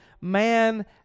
man